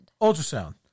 Ultrasound